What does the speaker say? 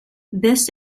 this